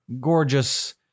gorgeous